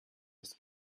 das